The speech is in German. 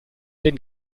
den